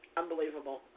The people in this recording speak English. unbelievable